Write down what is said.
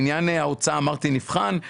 את עניין ההוצאה אמרתי שנבחן.